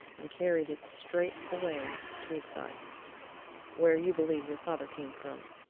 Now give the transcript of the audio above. and carried it straight away to tweedside where you believe your father came from.